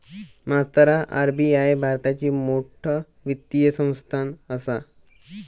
मास्तरा आर.बी.आई भारताची मोठ वित्तीय संस्थान आसा